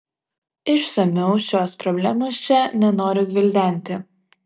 išsamiau šios problemos čia nenoriu gvildenti